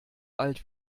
alt